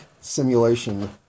simulation